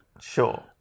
Sure